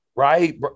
Right